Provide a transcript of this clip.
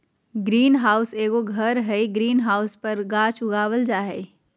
green house एगो घर हइ, ग्रीन हाउस पर गाछ उगाल जा हइ